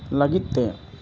ᱞᱟᱹᱜᱤᱫ ᱛᱮ